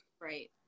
Right